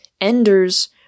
Ender's